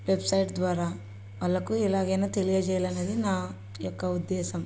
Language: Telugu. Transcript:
వెబ్సైట్ ద్వారా వాళ్లకు ఎలాగైనా తెలియజేయాలి అనేది నా యొక్క ఉద్దేశం